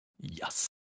Yes